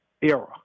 era